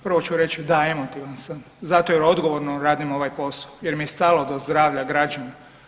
Prvo ću reći da emotivan sam zato jer odgovorno radim ovaj posao, jer mi je stalo do zdravlja građana.